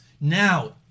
Now